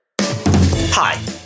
Hi